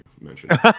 mentioned